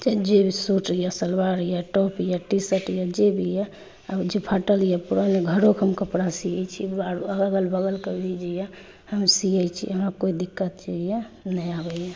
चाहे जे भी सूट यऽ सलवार यऽ टॉप यऽ टीशर्ट यऽ जे भी यऽ जे फटल यऽ पुरान यऽ घरोके हम कपड़ा सियत् छी आरो अगल बगलकें भी जे यऽ हम सियत् छी हमरा कोइ दिक्कत नहि आबैत यऽ